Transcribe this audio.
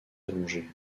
allongées